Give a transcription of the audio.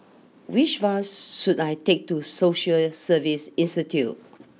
which bus should I take to Social Service Institute